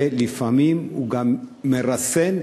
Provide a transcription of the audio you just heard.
ולפעמים הוא גם מרסן,